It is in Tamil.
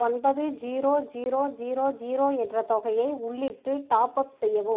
ஒன்பது ஜீரோ ஜீரோ ஜீரோ ஜீரோ என்ற தொகையை உள்ளிட்டு டாப் அப் செய்யவும்